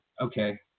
okay